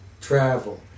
travel